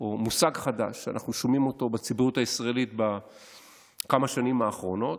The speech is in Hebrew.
או מושג חדש שאנחנו שומעים בציבוריות הישראלית בכמה השנים האחרונות,